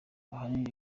ahanini